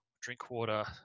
Drinkwater